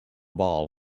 ball